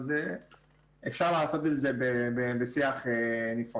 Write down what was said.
אז אפשר לעשות את זה בשיח נפרד.